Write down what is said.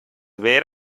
ver